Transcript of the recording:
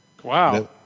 Wow